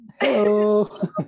Hello